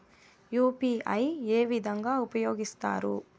UPI ఏ విధంగా ఉపయోగిస్తారు?